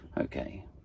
Okay